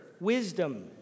Wisdom